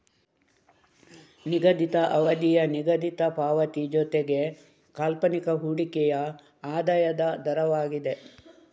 ನಿಗದಿತ ಅವಧಿಯ ನಿಗದಿತ ಪಾವತಿ ಜೊತೆಗೆ ಕಾಲ್ಪನಿಕ ಹೂಡಿಕೆಯ ಆದಾಯದ ದರವಾಗಿದೆ